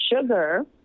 Sugar